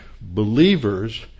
believers